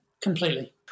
completely